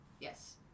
Yes